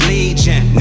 Legion